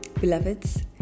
beloveds